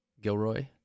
gilroy